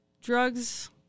drugs